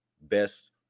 best